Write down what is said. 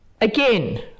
again